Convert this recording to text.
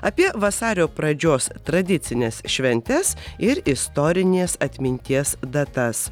apie vasario pradžios tradicines šventes ir istorinės atminties datas